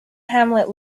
hamlet